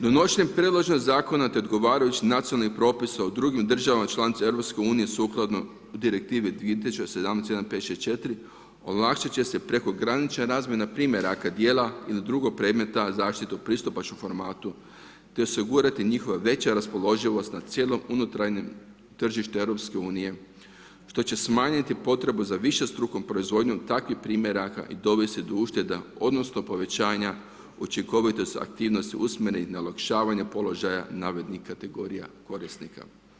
Donošenjem predloženog zakona te odgovarajućim nacionalnih propisa u drugim državama članica EU sukladno direktivi … ovlastiti će se prekogranična razmjena primjeraka dijela ili drugog predmeta zaštitu u pristupačnom formatu, te osigurati njihovu veće raspoloživost na cijelu unutarnje tržište EU što će smanjiti potrebu za višestrukom proizvodnjom takvih primjeraka i dovesti do ušteda, odnosno, do povećanja učinkovitosti aktivnosti, usmene i olakšavanja položaja navedene kategorija kronika.